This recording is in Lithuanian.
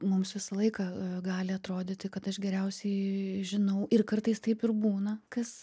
mums visą laiką gali atrodyti kad aš geriausiai žinau ir kartais taip ir būna kas